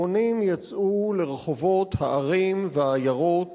המונים יצאו לרחובות הערים והעיירות